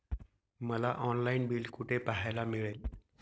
मला online bill कुठे पाहायला मिळेल?